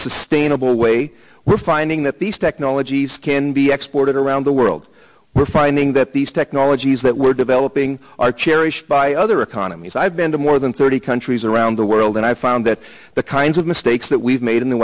sustainable way we're finding that these technologies can be exploited around the world we're finding that these technologies that we're developing are cherished other economies i've been to more than thirty countries around the world and i found that the kinds of mistakes that we've made in the